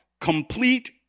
complete